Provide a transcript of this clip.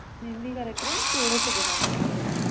मेन्दीकार्यक्रमः षोडशदिनाङ्के भवतु